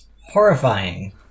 Horrifying